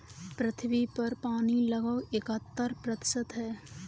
पृथ्वी पर पानी लगभग इकहत्तर प्रतिशत है